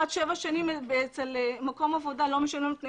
מתבצעת בשנה האחרונה עבודת מטה רחבת